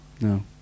No